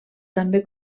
també